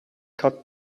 cut